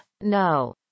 No